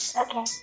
Okay